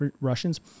Russians